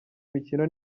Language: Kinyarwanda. imikino